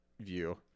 view